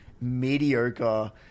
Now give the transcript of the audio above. mediocre